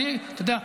אתה יודע,